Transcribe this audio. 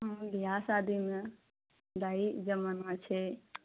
हमरो बिआह शादीमे दही जमाना छै